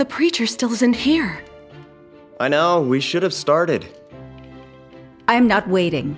the preacher still isn't here i know we should have started i'm not waiting